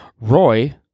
Roy